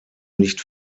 nicht